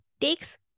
takes